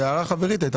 זו הערה חברית.